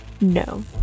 No